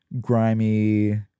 grimy